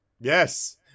Yes